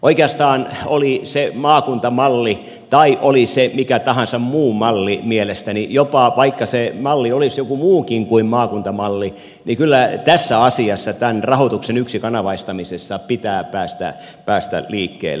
oikeastaan oli se maakuntamalli tai oli se mikä tahansa muu malli mielestäni jopa vaikka se malli olisi joku muukin kuin maakuntamalli kyllä tässä asiassa rahoituksen yksikanavaistamisessa pitää päästä liikkeelle